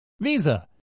Visa